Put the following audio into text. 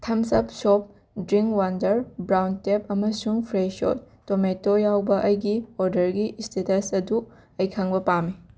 thumbs Up soft drink Wonder Brown ꯇꯦꯞ ꯑꯃꯁꯨꯡ Fresho tomato ꯌꯥꯎꯕ ꯑꯩꯒꯤ ꯑꯣꯗꯔꯒꯤ ꯏꯁꯇꯦꯇꯁ ꯑꯗꯨ ꯑꯩ ꯈꯪꯕ ꯄꯥꯝꯃꯤ